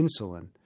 insulin